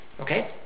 Okay